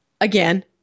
again